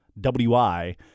WI